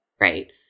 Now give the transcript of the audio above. right